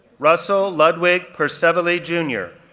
russell ludwig perciavalle, jr,